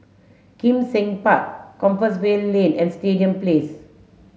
Kim Seng Park Compassvale Lane and Stadium Place